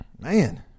Man